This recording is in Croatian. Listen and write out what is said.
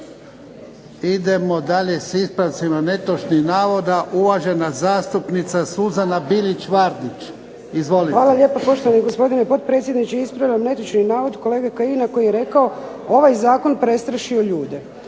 Idemo dalje s ispravcima netočnih navoda, uvažena zastupnica Suzana Bilić Vardić. Izvolite. **Bilić Vardić, Suzana (HDZ)** Hvala poštovani gospodine potpredsjedniče. Ispravljam netočni navod kolege Kajina koji je rekao: "Ovaj zakon je prestrašio ljude."